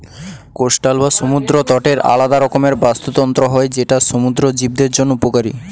coastal বা সমুদ্র তটের আলাদা রকমের বাস্তুতন্ত্র হয় যেটা সমুদ্র জীবদের জন্য উপকারী